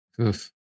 Oof